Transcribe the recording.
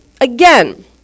again